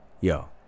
Yo